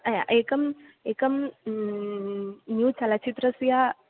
अय् एकम् एकं न्यू चलचित्रस्य